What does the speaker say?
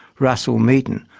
russell meaton,